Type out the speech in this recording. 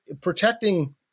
Protecting